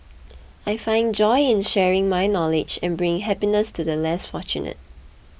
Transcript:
I found joy in sharing my knowledge and bringing happiness to the less fortunate